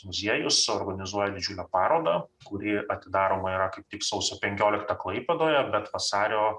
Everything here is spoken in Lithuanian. muziejus organizuoja didžiulę parodą kuri atidaroma yra tik sausio penkioliktą klaipėdoje bet vasario